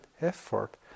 effort